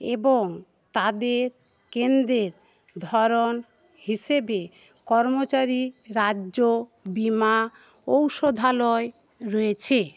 এবং তাদের কেন্দ্রের ধরন হিসেবে কর্মচারী রাজ্য বীমা ঔষধালয় রয়েছে